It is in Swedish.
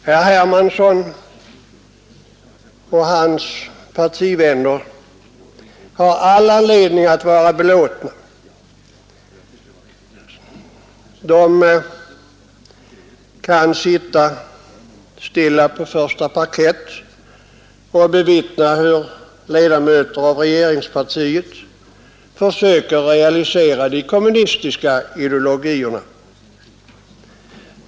Herr Hermansson i Stockholm och hans partivänner har all anledning att vara belåtna. De kan sitta stilla på första parkett och bevittna hur ledamöter av regeringspartiet försöker realisera de kommunistiska ideologierna.